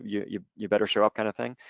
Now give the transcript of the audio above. yeah you you better show up kind of thing.